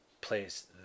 place